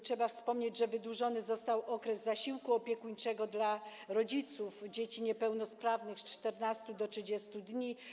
Trzeba wspomnieć, że wydłużony został okres zasiłku opiekuńczego dla rodziców dzieci niepełnosprawnych z 14 do 30 dni.